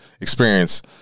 experience